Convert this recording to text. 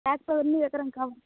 back பண்ணி ஏத்துறேங்கக்கா